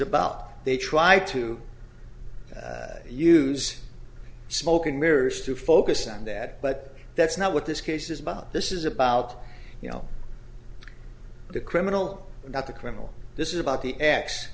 about they try to use smoke and mirrors to focus on that but that's not what this case is about this is about you know the criminal not the criminal this is about the